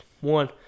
One